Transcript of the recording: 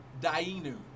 Dainu